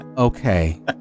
Okay